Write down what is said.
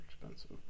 expensive